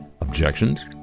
objections